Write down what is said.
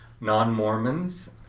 non-Mormons